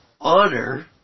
honor